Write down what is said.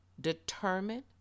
determined